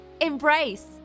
embrace